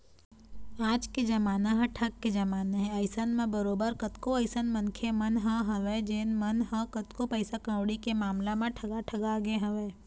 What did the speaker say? आज के जमाना ह ठग के जमाना हे अइसन म बरोबर कतको अइसन मनखे मन ह हवय जेन मन ह कतको पइसा कउड़ी के मामला म ठगा ठगा गे हवँय